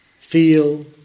feel